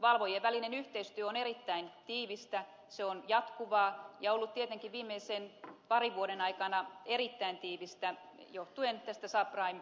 valvojien välinen yhteistyö on erittäin tiivistä se on jatkuvaa ja ollut tietenkin viimeisen parin vuoden aikana erittäin tiivistä johtuen tästä subprime